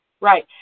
Right